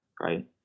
right